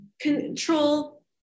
control